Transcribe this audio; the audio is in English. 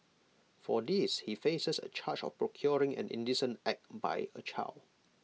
for this he faces A charge of procuring an indecent act by A child